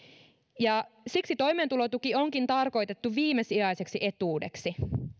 siksi toimeentulotuki onkin tarkoitettu viimesijaiseksi etuudeksi